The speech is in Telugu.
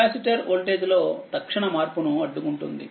కెపాసిటర్ వోల్టేజ్ లో తక్షణ మార్పును అడ్డుకుంటుంది